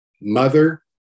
mother